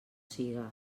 siga